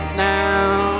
now